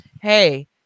Hey